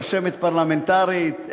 רשמת פרלמנטרית,